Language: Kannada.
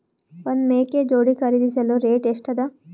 ಒಂದ್ ಮೇಕೆ ಜೋಡಿ ಖರಿದಿಸಲು ರೇಟ್ ಎಷ್ಟ ಅದ?